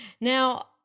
now